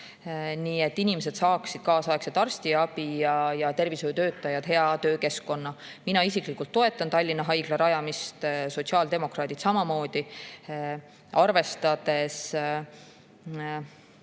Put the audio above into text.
nii et inimesed saaksid kaasaegset arstiabi ja tervishoiutöötajad hea töökeskkonna. Mina isiklikult toetan Tallinna Haigla rajamist, [teised] sotsiaaldemokraadid samamoodi. Arvestades